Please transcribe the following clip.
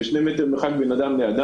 שני מטרים מרחק בין אחד לשני,